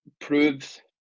proves